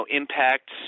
impact